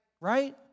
right